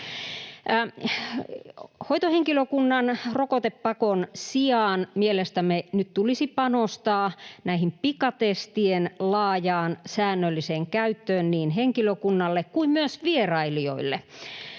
Hoitohenkilökunnan rokotepakon sijaan mielestämme nyt tulisi panostaa pikatestien laajaan säännölliseen käyttöön niin henkilökunnalle kuin myös vierailijoille.